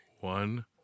One